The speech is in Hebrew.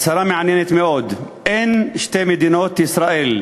הצהרה מעניינת מאוד: אין שתי מדינות ישראל,